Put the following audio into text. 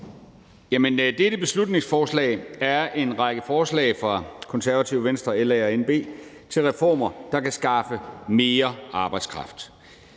Dette beslutningsforslag indeholder en række forslag fra Konservative, Venstre, LA og NB til reformer, der kan skaffe mere arbejdskraft.